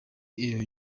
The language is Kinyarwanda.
iyo